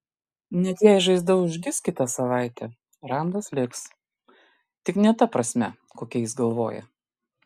net jei žaizda užgis kitą savaitę randas liks tik ne ta prasme kokia jis galvoja